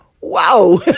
wow